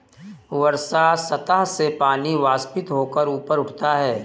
वर्षा सतह से पानी वाष्पित होकर ऊपर उठता है